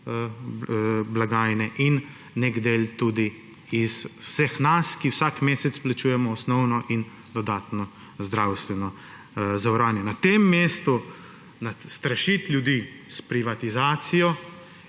blagajne in nek del tudi od vseh nas, ki vsak mesec plačujemo osnovno in dodatno zdravstveno zavarovanje. Na tem mestu strašiti ljudi s privatizacijo